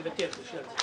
מוותר בשלב זה.